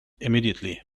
immediately